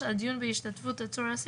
או ---- בקיומן של הגבלות על התקהלות והגבלות